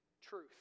truth